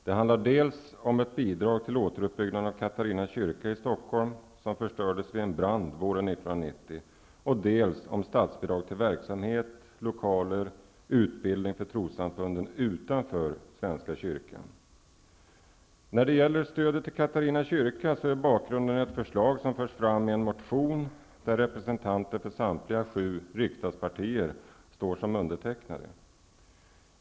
Det handlar dels om ett bidrag till återuppbyggnaden av När det gäller stödet till Katarina kyrka är bakgrunden ett förslag som förs fram i en motion där representanter för samtliga sju riksdagspartier står som undertecknare.